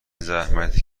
زحمتی